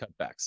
cutbacks